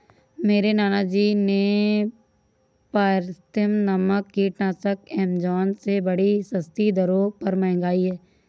मेरे नाना जी ने पायरेथ्रम नामक कीटनाशक एमेजॉन से बड़ी सस्ती दरों पर मंगाई है